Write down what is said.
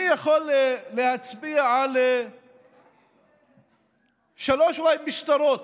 אני יכול להצביע אולי על שלוש משטרות